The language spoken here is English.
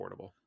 affordable